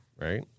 Right